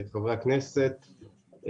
חברי הכנסת,